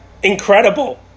Incredible